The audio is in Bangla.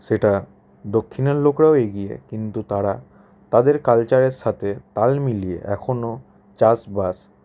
সেটা দক্ষিণের লোকরাও এগিয়ে কিন্তু তারা তাদের কালচারের সাথে তাল মিলিয়ে এখনো চাষবাস